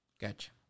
Gotcha